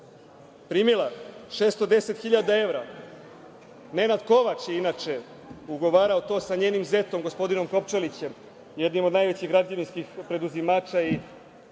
primila 610.000 evra. Nenad Kovač je inače ugovarao to sa njenim zetom, gospodinom Kopčalićem, jednim od najvećih građevinskih preduzimača i